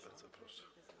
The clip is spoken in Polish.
Bardzo proszę.